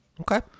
Okay